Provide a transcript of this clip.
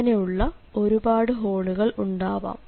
അങ്ങനെയുള്ള ഒരുപാടു ഹോളുകൾ ഉണ്ടാവാം